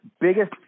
biggest